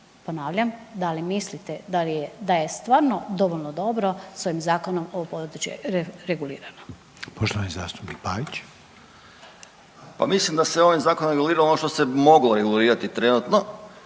Ponavljam, da li mislite da je stvarno dovoljno dobro s ovim zakonom ovo područje regulirano? **Reiner, Željko (HDZ)** Poštovani zastupnik Pavić. **Pavić, Željko (Nezavisni)** Pa mislim da se ovim zakonom regulirano ono što se moglo regulirati trenutno